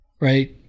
Right